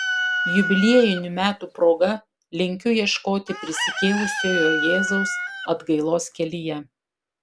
jubiliejinių metų proga linkiu ieškoti prisikėlusiojo jėzaus atgailos kelyje